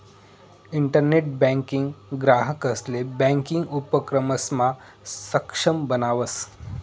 internet banking ग्राहकंसले banking उपक्रमसमा सक्षम बनावस